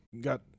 got